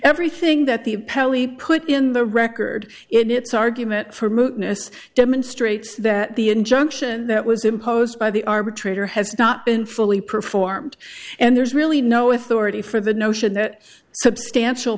everything that the appellee put in the record its argument for move miss demonstrates that the injunction that was imposed by the arbitrator has not been fully performed and there's really no authority for the notion that substantial